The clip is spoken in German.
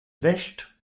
wäscht